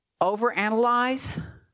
overanalyze